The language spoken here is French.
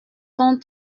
sont